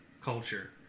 culture